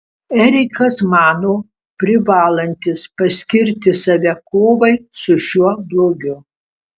erikas mano privalantis paskirti save kovai su šiuo blogiu